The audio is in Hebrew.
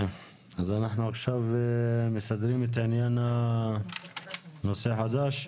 אז אנחנו עכשיו מסדרים את העניין של נושא חדש?